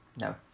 No